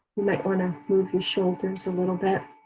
like wanna move your shoulders a little bit.